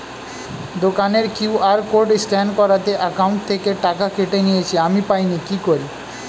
দোকানের QR code scan করাতে account থেকে টাকা কেটে নিয়েছে, আমি পাইনি কি করি?